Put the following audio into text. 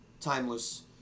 Timeless